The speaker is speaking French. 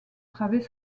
travées